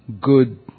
good